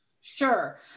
Sure